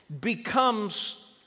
becomes